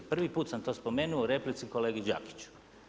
Prvi put sam to spomenuo u replici kolegi Đakiću.